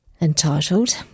entitled